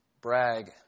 brag